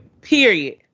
Period